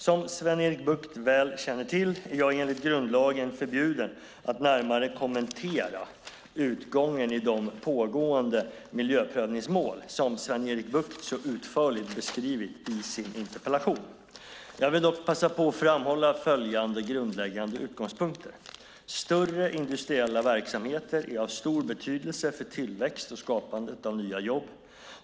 Som Sven-Erik Bucht väl känner till är jag enligt grundlagen förbjuden att närmare kommentera utgången i det pågående miljöprövningsmål som Sven-Erik Bucht så utförligt beskrivit i sin interpellation. Jag vill dock passa på att framhålla följande grundläggande utgångspunkter. Större industriella verksamheter är av stor betydelse för tillväxt och skapandet av nya jobb.